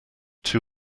two